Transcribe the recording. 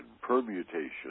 permutation